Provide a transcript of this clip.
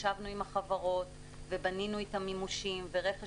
ישבנו עם החברות ובנינו איתם מימושים ורכש